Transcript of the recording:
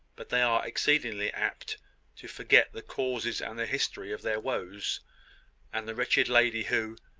but they are exceedingly apt to forget the causes and the history of their woes and the wretched lady who,